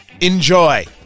enjoy